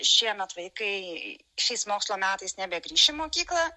šiemet vaikai šiais mokslo metais nebegrįš į mokyklą